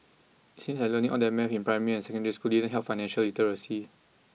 it seems like learning all that math in primary and secondary school didn't help financial literacy